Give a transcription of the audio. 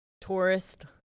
Tourist